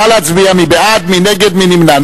נא להצביע מי בעד, מי נגד, מי נמנע.